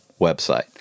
website